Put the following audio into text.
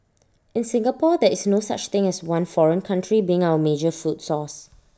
in Singapore there is no such thing as one foreign country being our major food source